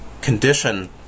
condition